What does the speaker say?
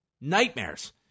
Nightmares